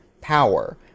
power